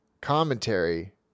commentary